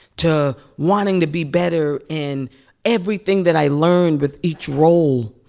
to wanting to be better and everything that i learned with each role,